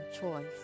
choice